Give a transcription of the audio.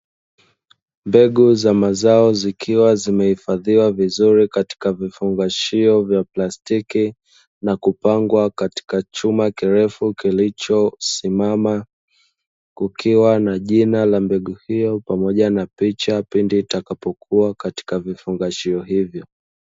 Mbegu za mazao zikiwa zimehifadhiwa vizuri katika vifungashio vya plastik na kupangwa katika chuma kirefu kilichosimama. Kukiwa na jina la mbegu hiyo pamoja na picha pindi itakapokuwa katika vifungashio hivyo.